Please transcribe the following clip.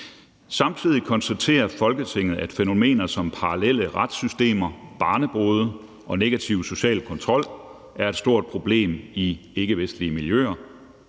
Samtidig konstaterer Folketinget, at fænomener som parallelle retssystemer, barnebrude og negativ social kontrol er et stort problem i ikkevestlige miljøer.